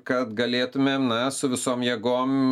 kad galėtumėm na su visom jėgom